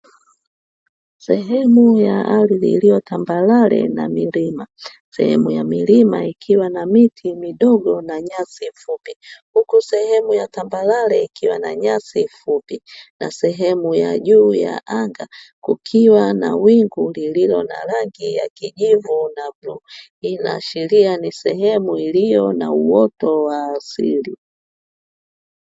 Sehemu ya ardhi iliyotambalale na milima. Sehemu ya milima ikiwa na miti midogo na nyasi fupi. Huku sehemu ya tambalale ikiwa na nyasi fupi na sehemu ya juu ya anga kukiwa na wingu lililo na rangi ya kijivu na bluu. Inaashiria ni sehemu iliyo na uoto wa asili.